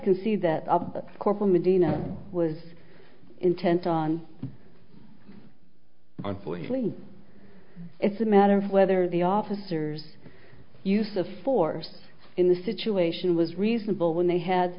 concede that up corporal medina was intent on unfortunately it's a matter of whether the officers use of force in the situation was reasonable when they had